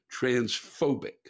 transphobic